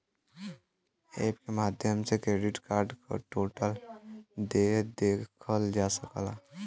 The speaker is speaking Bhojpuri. एप के माध्यम से क्रेडिट कार्ड क टोटल देय देखल जा सकला